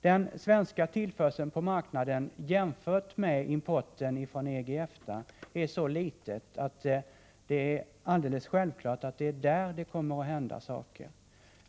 Den svenska tillförseln på marknaden är så liten i jämförelse med importen från EG och EFTA att det är alldeles självklart att det är på det området det kommer att hända saker.